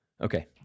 okay